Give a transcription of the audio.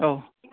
औ